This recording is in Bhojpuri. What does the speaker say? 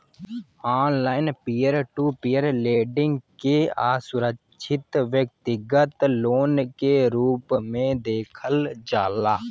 online peer to peer lending के असुरक्षित व्यतिगत लोन के रूप में देखल जाला